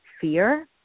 fear